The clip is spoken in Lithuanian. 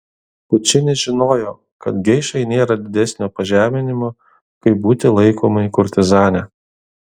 pučinis žinojo kad geišai nėra didesnio pažeminimo kaip būti laikomai kurtizane